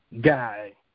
Guy